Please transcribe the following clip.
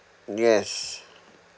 yes